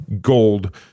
gold